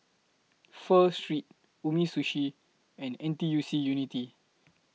Pho Street Umisushi and N T U C Unity